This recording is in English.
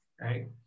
right